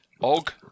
Og